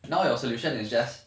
now your solution is just